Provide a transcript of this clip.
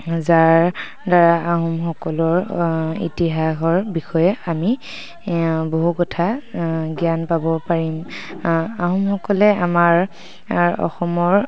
যাৰ দ্বাৰা আহোমসকলৰ ইতিহাসৰ বিষয়ে আমি বহু কথা জ্ঞান পাব পাৰিম আহোমসকলে আমাৰ অসমৰ